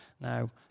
Now